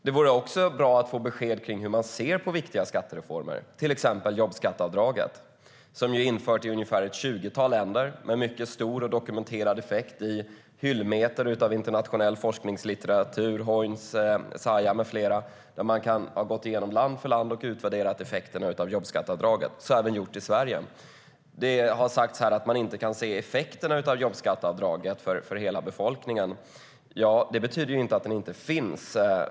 Det vore också bra att få besked om hur man ser på viktiga skattereformer, till exempel jobbskatteavdraget. Det är infört i ett tjugotal länder med mycket stor effekt, dokumenterad i hyllmeter av internationell forskningslitteratur - Hoynes, Eissa med flera. Man har gått igenom land för land och utvärderat effekterna av jobbskatteavdraget, även i Sverige. Det har sagts här att man inte kan se effekterna av jobbskatteavdraget för hela befolkningen. Det betyder ju inte att de inte finns.